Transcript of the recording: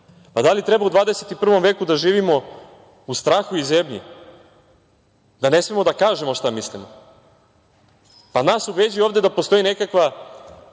vas. Da li treba u 21. veku da živimo u strahu i zebnji da ne smemo da kažemo šta mislimo? Pa, nas ubeđuju ovde da postoji nekakva